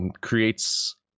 creates